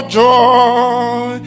joy